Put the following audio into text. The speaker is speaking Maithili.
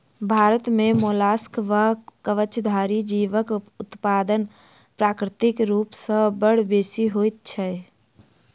भारत मे मोलास्कक वा कवचधारी जीवक उत्पादन प्राकृतिक रूप सॅ बड़ बेसि होइत छै